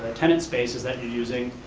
ah tenant spaces that you're using,